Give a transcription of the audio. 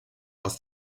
aus